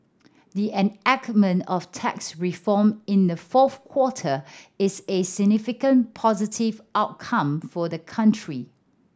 the enactment of tax reform in the fourth quarter is a significant positive outcome for the country